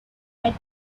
had